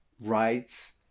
rights